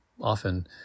often